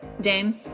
Dane